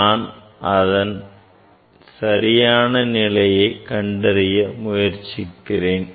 நான் அதன் சரியான நிலையை கண்டறிய முயற்சிக்கிறேன்